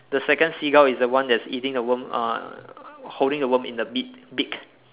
the second seagull is the one that's eating the worm uh holding the worm in the beak beak